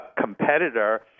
competitor